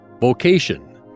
vocation